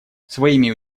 своими